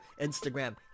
Instagram